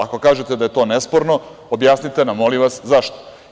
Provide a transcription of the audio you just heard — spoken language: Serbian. Ako kažete da je to nesporno, objasnite nam, molim vas, zašto?